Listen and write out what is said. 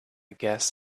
guess